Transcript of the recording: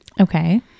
Okay